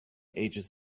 ages